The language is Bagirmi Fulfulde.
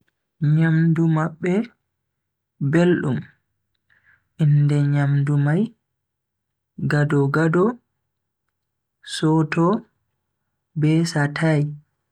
Nyamdu mabbe beldum, inde nyamdu mai gado-gado, soto be satay.